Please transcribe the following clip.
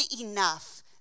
enough